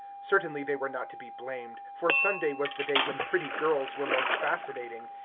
certainly they were not to be blamed, for sunday was the day when pretty girls were most fascinating,